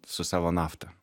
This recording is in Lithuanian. su savo nafta